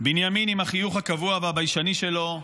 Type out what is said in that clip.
בנימין עם החיוך הקבוע והביישני שלו,